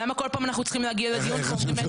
למה בכל פעם אנחנו צריכים להגיע לדיון ואומרים אין תשובה.